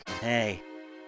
hey